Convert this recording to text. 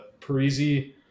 Parisi